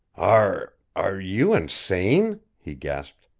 are are you insane? he gasped.